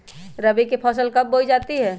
रबी की फसल कब बोई जाती है?